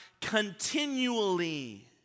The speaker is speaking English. continually